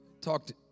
talked